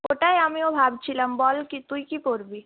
ওটাই আমিও ভাবছিলাম বল কি তুই কি পরবি